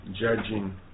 judging